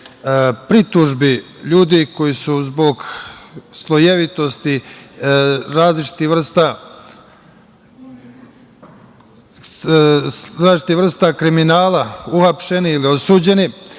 pritužbi ljudi koji su zbog slojevitosti različitih vrsta kriminala uhapšeni ili su osuđeni.